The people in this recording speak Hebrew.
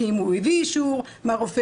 כי אם הוא הביא אישור מהרופא,